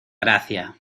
gracia